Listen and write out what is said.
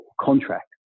contract